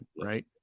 Right